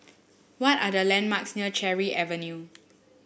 what are the landmarks near Cherry Avenue